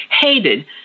hated